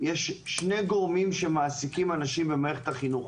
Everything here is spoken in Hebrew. יש שני גורמים שמעסיקים אנשים במערכת החינוך: